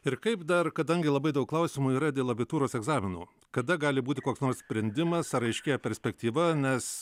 ir kaip dar kadangi labai daug klausimų yra dėl abitūros egzaminų kada gali būti koks nors sprendimas ar aiškėja perspektyva nes